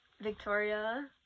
Victoria